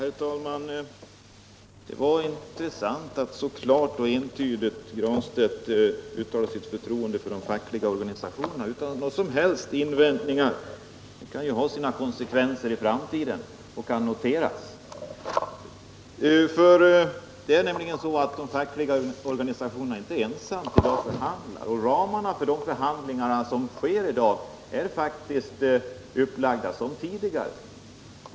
Herr talman! Det var intressant att Pär Granstedt så klart och entydigt uttalade sitt förtroende för de fackliga organisationerna, utan några som helst inskränkningar. Det kan ha sina konsekvenser i framtiden och kan noteras. Det är nämligen så att de fackliga organisationerna inte ensamma skall förhandla — och ramarna för de förhandlingar som sker i dag är faktiskt upplagda som tidigare.